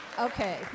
Okay